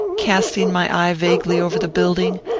casting my eye vaguely over the building,